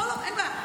לא, אין בעיה.